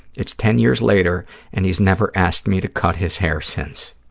it's ten years later and he's never asked me to cut his hair since.